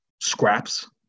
scraps